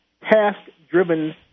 task-driven